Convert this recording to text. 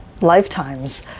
lifetimes